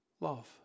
love